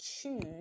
choose